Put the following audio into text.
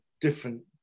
different